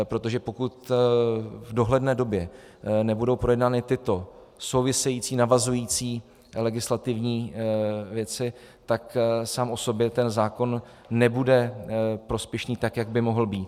Protože pokud v dohledné době nebudou projednány tyto související, navazující legislativní věci, tak sám o sobě ten zákon nebude prospěšný tak, jak by mohl být.